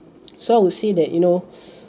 so we'll see that you know